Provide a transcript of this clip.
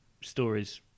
stories